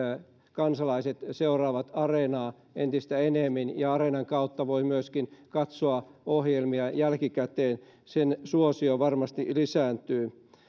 kansalaiset seuraavat areenaa entistä enemmän ja areenan kautta voi myöskin katsoa ohjelmia jälkikäteen sen suosio varmasti lisääntyy